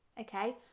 okay